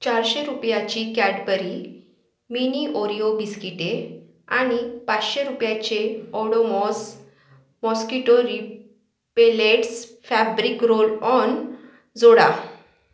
चारशे रुपयाची Cadbury mini Oreo बिस्किटे आणि पाचशे रुपयाचे Odomos mosquito repellents fabric roll on जोडा